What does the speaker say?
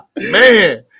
man